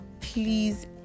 Please